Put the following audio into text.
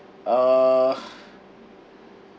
uh